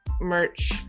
merch